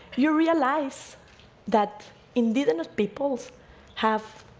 you realize that indigenous peoples have